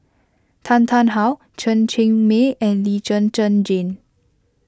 Tan Tarn How Chen Cheng Mei and Lee Zhen Zhen Jane